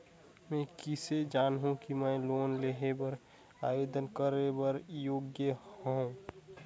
मैं किसे जानहूं कि मैं लोन लेहे बर आवेदन करे बर योग्य हंव?